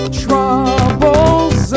troubles